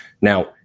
Now